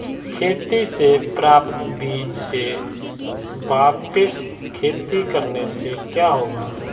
खेती से प्राप्त बीज से वापिस खेती करने से क्या होगा?